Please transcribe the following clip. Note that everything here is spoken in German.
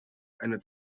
eine